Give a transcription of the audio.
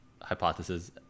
hypothesis